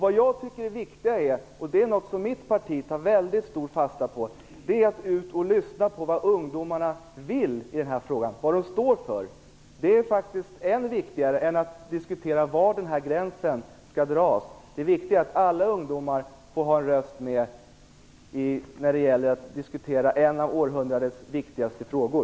Det viktiga är att gå ut och lyssna på vad ungdomarna vill i denna fråga, vad de står för. Det har mitt parti tagit fasta på. Detta är än viktigare än att diskutera var åldersgränsen skall dras. Det viktiga är att alla ungdomar får ha en röst med när det gäller att diskutera en av århundradets viktigaste frågor.